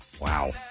Wow